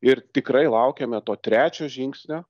ir tikrai laukiame to trečio žingsnio